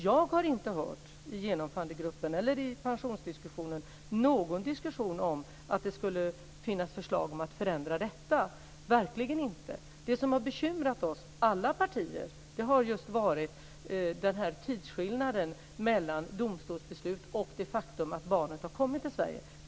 Jag har inte hört i Genomförandegruppen eller i pensionsdiskussionen någonting om att det skulle finnas förslag om att förändra detta - verkligen inte. Det som har bekymrat alla partier har just varit den här tidsskillnaden mellan domstolsbeslutet och det faktum att barnet har kommit till Sverige.